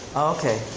okay,